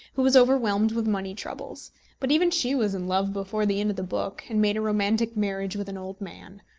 who was overwhelmed with money troubles but even she was in love before the end of the book, and made a romantic marriage with an old man.